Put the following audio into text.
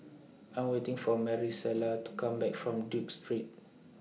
I Am waiting For Marisela to Come Back from Duke Street